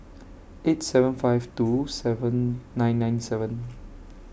eight seven five two seven nine nine seven